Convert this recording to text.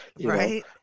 Right